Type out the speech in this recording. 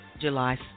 July